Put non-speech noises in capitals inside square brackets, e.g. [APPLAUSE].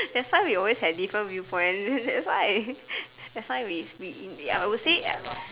that's why we always had different viewpoint [NOISE] then that's why [NOISE] that's why we we in in I would say